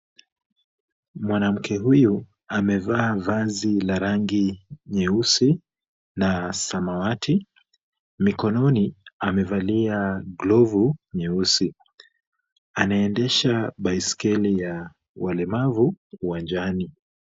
Mwanamke huyu amevaa vazi la rangi nyeusi na samawati. Mikononi amevalia glovu nyeusi. Anaendesha baiskeli ya walemavu uwanjani.